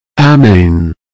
Amen